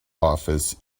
office